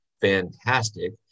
fantastic